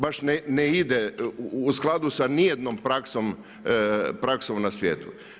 Baš ne ide u skladu sa nijednom praksom na svijetu.